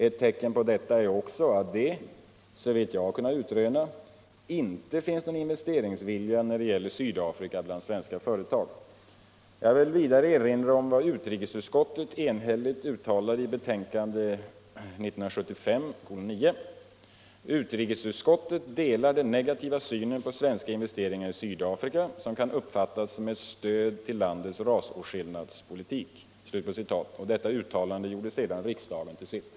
Fiu tecken på detta är också att det — såvilt jag kunnat utröna — inte finns någon investeringsvilja niär det giäller Sydafrika bland svenska företag. Jag vill vidare erinra om utrikesutskottets enhälliga uttalande i betänkande 1975:9: ”Utskottet delar den neguativa synen på svenska investeringar I Sydafrika som kan uppfattas som ett stöd till landets rasatskillnadspoliuk.” Detta uttalande gjorde sedan riksdagen till situ.